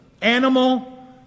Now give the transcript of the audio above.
animal